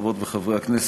חברות וחברי הכנסת,